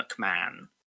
McMahon